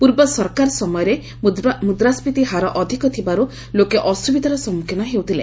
ପୂର୍ବ ସରକାର ସମୟରେ ମୁଦ୍ରାଷ୍କୀତି ହାର ଅଧିକ ଥିବାରୁ ଲୋକେ ଅସୁବିଧାର ସମ୍ମୁଖୀନ ହେଉଥିଲେ